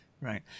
right